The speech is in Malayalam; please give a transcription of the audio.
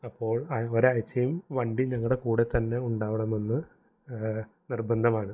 അപ്പോള് ഒരാഴ്ചയിൽ വണ്ടി ഞങ്ങളുടെ കൂടെ തന്നെ ഉണ്ടാവണമെന്ന് നിർബന്ധമാണ്